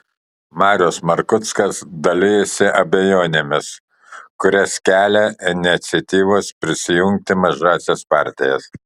marius markuckas dalijasi abejonėmis kurias kelia iniciatyvos prisijungti mažąsias partijas